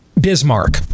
bismarck